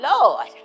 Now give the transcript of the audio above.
Lord